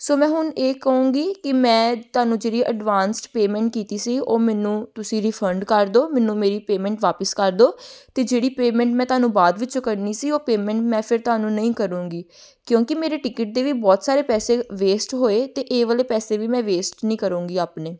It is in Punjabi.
ਸੋ ਮੈਂ ਹੁਣ ਇਹ ਕਹੂੰਗੀ ਕਿ ਮੈਂ ਤੁਹਾਨੂੰ ਜਿਹੜੀ ਐਡਵਾਂਸ ਪੇਮੈਂਟ ਕੀਤੀ ਸੀ ਉਹ ਮੈਨੂੰ ਤੁਸੀਂ ਰਿਫੰਡ ਕਰ ਦਿਓ ਮੈਨੂੰ ਮੇਰੀ ਪੇਮੈਂਟ ਵਾਪਸ ਕਰ ਦਿਓ ਅਤੇ ਜਿਹੜੀ ਪੇਮੈਂਟ ਮੈਂ ਤੁਹਾਨੂੰ ਬਾਅਦ ਵਿੱਚ ਕਰਨੀ ਸੀ ਉਹ ਪੇਮੈਂਟ ਮੈਂ ਫਿਰ ਤੁਹਾਨੂੰ ਨਹੀਂ ਕਰੂੰਗੀ ਕਿਉਂਕਿ ਮੇਰੇ ਟਿਕਟ ਦੇ ਵੀ ਬਹੁਤ ਸਾਰੇ ਪੈਸੇ ਵੇਸਟ ਹੋਏ ਅਤੇ ਇਹ ਵਾਲੇ ਪੈਸੇ ਵੀ ਮੈਂ ਵੇਸਟ ਨਹੀਂ ਕਰੂੰਗੀ ਆਪਣੇ